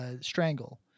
strangle